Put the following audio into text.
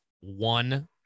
one